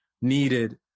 needed